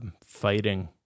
fighting